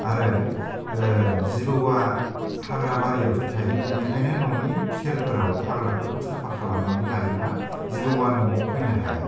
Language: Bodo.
आरो जिबौआ हाग्रा बारियावसो थायो बेनिखायनो न'नि सेर फोराव हाग्रा फोरखौ साफा खालामनानै लायोबा जिबौआ न'आव फैनो हाया